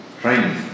Training